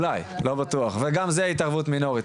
אולי, לא בטוח וגם זה התערבות מינורית.